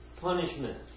punishment